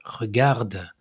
Regarde